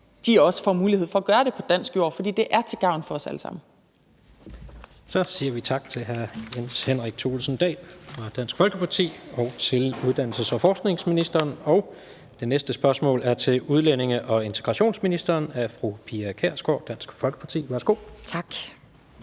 op, får mulighed for at gøre det på dansk jord. For det er til gavn for os alle sammen. Kl. 16:36 Tredje næstformand (Jens Rohde): Så siger vi tak til hr. Jens Henrik Thulesen Dahl fra Dansk Folkeparti og til uddannelses- og forskningsministeren. Det næste spørgsmål er til udlændinge- og integrationsministeren af fru Pia Kjærsgaard, Dansk Folkeparti. Kl.